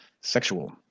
sexual